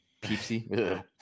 Peepsy